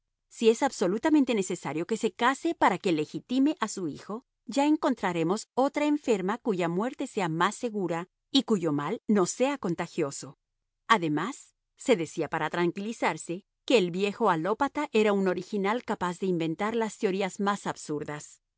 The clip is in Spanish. si es absolutamente necesario que se case para que legitime a su hijo ya encontraremos otra enferma cuya muerte sea más segura y cuyo mal no sea contagioso además se decía para tranquilizarse que el viejo alópata era un original capaz de inventar las teorías más absurdas